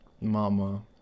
Mama